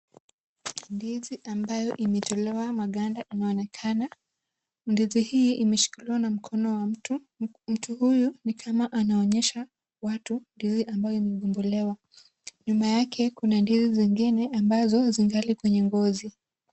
Ndizi ambayo imetolewa maganda inaonekana, ndizi hii imeshikiliwa na mkono wa mtu. Mtu huyu ni kama anaonyesha watu ndizi ambayo imebombolewa. Nyuma yake kuna ndizi zingine ambazo zingali kwenye ngozi.